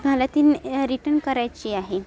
मला ती ना रीटन करायची आहे